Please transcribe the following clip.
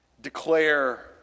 declare